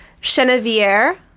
Chenevier